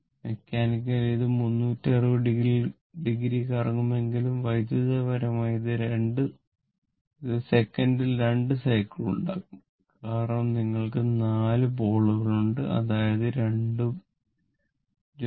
mechanically ഇത് 360 degree കറങ്ങുമെങ്കിലും വൈദ്യുതപരമായി ഇത് സെക്കൻഡിൽ 2 സൈക്കിൾ ഉണ്ടാക്കും കാരണം നിങ്ങൾക്ക് നാല് പൊള്ളുകളുണ്ട് അതായത് 2 പോൾ ജോഡി